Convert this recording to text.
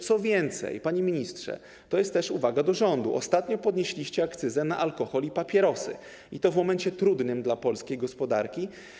Co więcej, panie ministrze - to jest też uwaga do rządu - ostatnio podnieśliście akcyzę na alkohol i papierosy, i to w momencie trudnym dla polskiej gospodarki.